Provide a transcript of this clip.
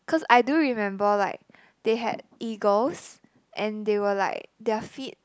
cause I do remember like they had eagles and they were like their feet